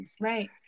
right